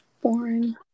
boring